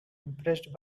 impressed